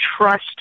trust